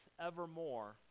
evermore